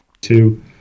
two